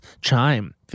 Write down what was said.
Chime